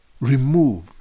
Remove